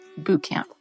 bootcamp